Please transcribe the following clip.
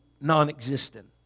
non-existent